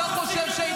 אתה זוכר?